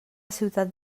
ciutat